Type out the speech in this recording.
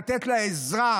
לתת לה עזרה,